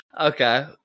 Okay